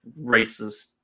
racist